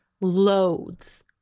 loads